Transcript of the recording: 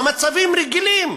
במצבים רגילים,